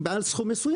כן.